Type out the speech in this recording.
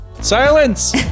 Silence